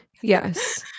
Yes